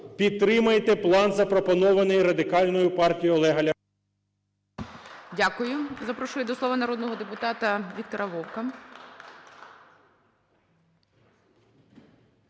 Підтримайте план, запропонований Радикальною партією Олега Ляшка.